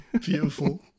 beautiful